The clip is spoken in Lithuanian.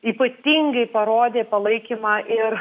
ypatingai parodė palaikymą ir